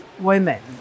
women